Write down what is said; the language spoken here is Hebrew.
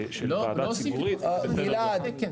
ועדה ציבורית --- לא עושים פיקוח כזה על תקן,